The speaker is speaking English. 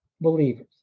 believers